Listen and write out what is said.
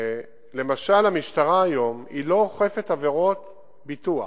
למשל, המשטרה לא אוכפת היום עבירות ביטוח.